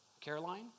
Caroline